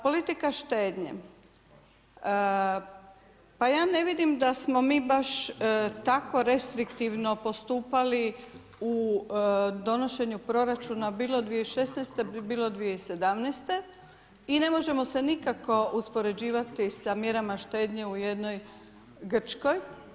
Politika štednje, pa ja ne vidim da smo mi baš tako restriktivno postupali u donošenju proračuna bilo 2016., bilo 2017., i ne možemo se nikako uspoređivati sa mjerama štednje u jednoj Grčkoj.